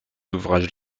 ouvrages